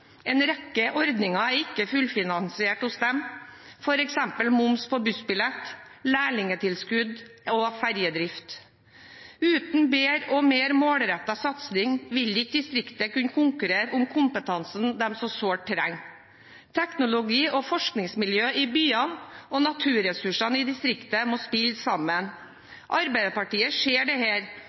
En rekke ordninger er ikke fullfinansiert hos dem, f.eks. moms på bussbillett, lærlingtilskudd og ferjedrift. Uten bedre og mer målrettet satsing vil ikke distriktene kunne konkurrere om kompetansen de så sårt trenger. Teknologi og forskningsmiljø i byene og naturresursene i distriktene må spille sammen. Arbeiderpartiet ser